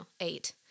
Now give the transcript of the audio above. eight